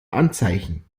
anzeichen